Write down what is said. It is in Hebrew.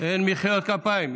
אין מחיאות כפיים.